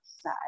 side